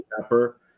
pepper